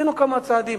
עשינו כמה צעדים.